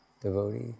devotee